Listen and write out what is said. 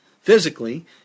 physically